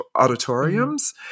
auditoriums